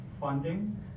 funding